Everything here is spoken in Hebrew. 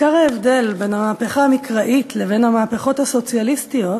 "עיקר ההבדל בין המהפכה המקראית לבין המהפכות הסוציאליסטיות